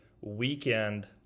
weekend